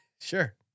Sure